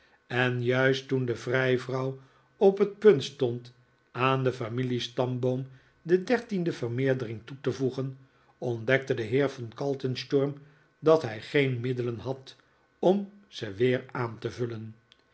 en juist toen de vrijvrouw op het punt stond aan den familiestamboom de dertiende vermeerdering toe te voegen ontdekte de heer von kaltensturm dat hij geen middelen had om ze weer aan te vullen